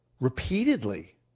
Repeatedly